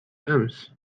أمس